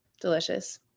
delicious